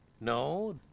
No